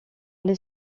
les